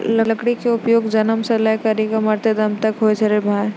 लकड़ी के उपयोग त जन्म सॅ लै करिकॅ मरते दम तक पर होय छै भाय